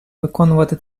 виконувати